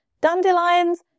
Dandelions